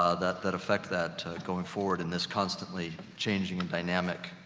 ah that, that affect, that, ah, going forward in this constantly changing and dynamic,